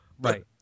right